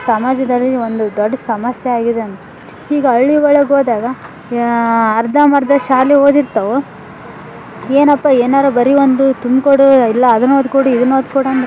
ಸಮಾಜದಲ್ಲಿ ಒಂದು ದೊಡ್ಡ ಸಮಸ್ಯೆ ಆಗಿದೆ ಅಂತ ಈಗ ಹಳ್ಳಿಯೊಳಗೋದಾಗ ಅರ್ಧಂಬರ್ದ ಶಾಲೆ ಓದಿರ್ತವೆ ಏನಪ್ಪ ಏನಾದ್ರು ಬರೀ ಒಂದು ತುಂಬಿಕೊಡು ಇಲ್ಲ ಅದನ್ನೋದಿ ಕೊಡು ಇದನ್ನೋದಿ ಕೊಡು ಅಂದ್ರೆ